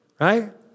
Right